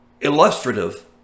illustrative